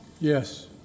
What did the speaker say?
Yes